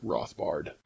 Rothbard